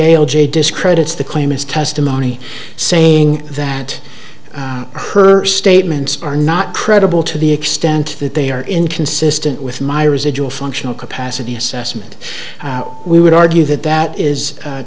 a o j discredits the claimants testimony saying that her statements are not credible to the extent that they are inconsistent with my residual functional capacity assessment we would argue that that is